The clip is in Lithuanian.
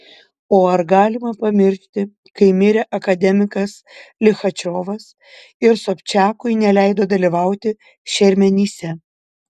o ar galima pamiršti kai mirė akademikas lichačiovas ir sobčiakui neleido dalyvauti šermenyse